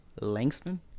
Langston